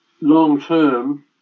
long-term